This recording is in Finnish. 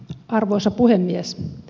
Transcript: arvoisa puhemies